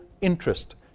interest